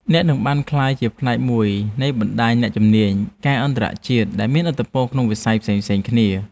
អ្នកនឹងបានក្លាយជាផ្នែកមួយនៃបណ្តាញអ្នកជំនាញការអន្តរជាតិដែលមានឥទ្ធិពលក្នុងវិស័យផ្សេងៗគ្នា។